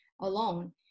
alone